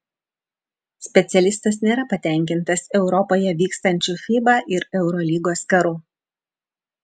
specialistas nėra patenkintas europoje vykstančiu fiba ir eurolygos karu